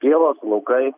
pievos laukai